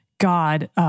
God